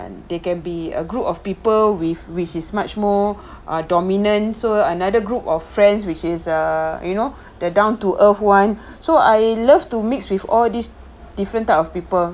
and they can be a group of people with which is much more ah dominant so another group of friends which is err you know the down to earth one so I love to mix with all these different type of people